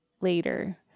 later